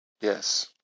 yes